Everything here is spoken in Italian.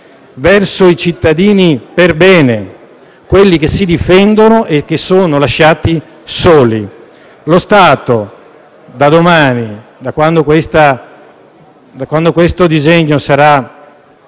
verso i cittadini perbene, quelli che si difendono e che sono lasciati soli. Lo Stato, da domani, da quando questo disegno di